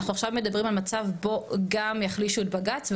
אנחנו עכשיו מדברים על מצב בו גם יחלישו את בג"צ,